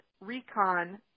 recon